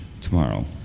tomorrow